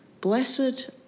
Blessed